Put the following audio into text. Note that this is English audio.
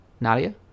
Nadia